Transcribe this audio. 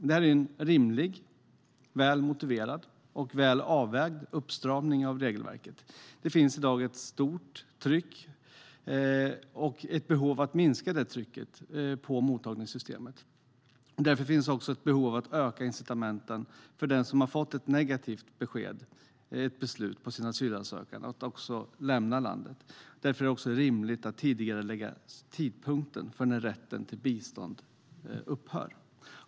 Det här är en rimlig, väl motiverad och väl avvägd uppstramning av regelverket. Det finns i dag ett stort tryck och ett behov av att minska trycket på mottagningssystemet. Därför finns det ett behov av att öka incitamenten för den som har fått ett negativt beslut på sin asylansökan att lämna landet. Därför är det också rimligt att tidigarelägga tidpunkten för när rätten till bistånd upphör.